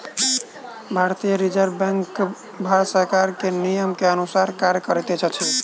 भारतीय reserve bank Bharat सरकार के नियम के अनुसार कार्य करैत अछि